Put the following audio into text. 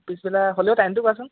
পিছবেলা হ'লেও টাইমটো কোৱাচোন